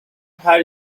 her